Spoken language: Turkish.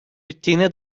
bittiğine